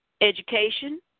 education